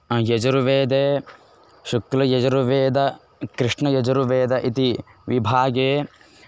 यजुर्वेदे शुक्लयजुर्वेदः कृष्णयजुर्वेदः इति विभागे